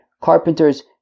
carpenter's